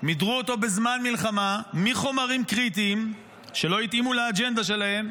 מידרו אותו בזמן מלחמה מחומרים קריטיים שלא התאימו לאג'נדה שלהם.